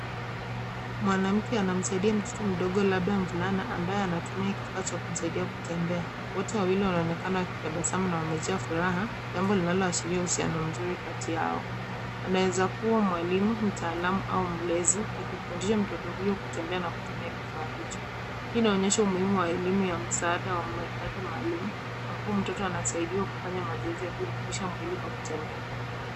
Mwanamke anamsaidia mtoto mdogo labda mvulana ambaye anatumia kifaa cha kumsaidia kutembea. Wote wawili wanaonekana wakitabasamu na wamejaa furaha, jambo linaloashiria uhusiano mzuri kati yao. Anaweza kuwa mwalimu, mtaalamu au mlezi akifundisha mtoto huyo kutembea na kutumia kifaa hicho. Hii inaonyesha umuhimu wa elimu ya msaada wa mahitaji maalum ambapo mtoto anasaidiwa kufanya mazoezi ya kuimarisha mwili kwa kutembea.